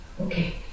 Okay